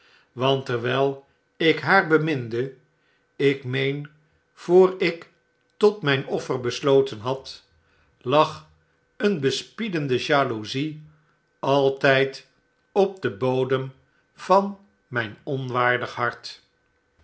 want terwyl ik haar beminde ik meen voor ik tot myn offer besloten had lag een bespiedende jaloezie altyd op den bodem van mijn onwaardig hart